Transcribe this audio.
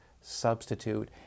substitute